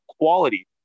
quality